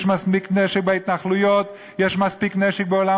יש מספיק נשק בהתנחלויות,